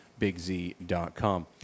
bigz.com